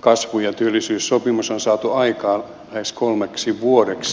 kasvu ja työllisyyssopimus on saatu aikaan lähes kolmeksi vuodeksi